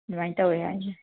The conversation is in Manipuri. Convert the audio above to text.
ꯑꯗꯨꯃꯥꯏꯅ ꯇꯧꯋꯦ ꯍꯥꯏꯅꯤ